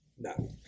No